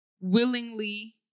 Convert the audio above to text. willingly